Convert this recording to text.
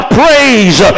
praise